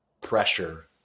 pressure